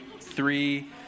three